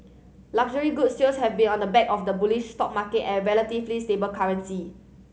luxury goods sales have been on the back of the bullish stock market and relatively stable currency